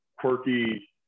quirky